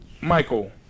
Michael